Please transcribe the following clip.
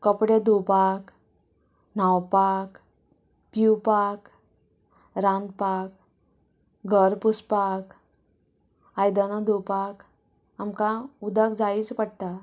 कपडे धुवपाक न्हावपाक पिवपाक रांदपाक घर पुसपाक आयदनां धुवपाक आमकां उदक जायूच पडटा